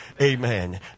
Amen